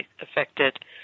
affected